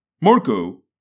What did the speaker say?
Marco